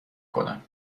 کنم